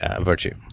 virtue